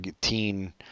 teen